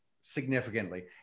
significantly